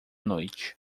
noite